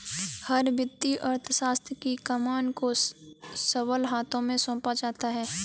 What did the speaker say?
हर वित्तीय अर्थशास्त्र की कमान को सबल हाथों में सौंपा जाता है